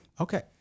Okay